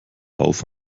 auf